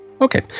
Okay